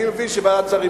אני מבין שוועדת שרים